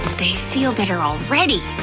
they feel better already!